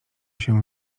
się